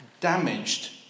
damaged